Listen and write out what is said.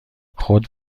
خود